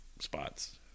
spots